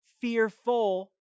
fearful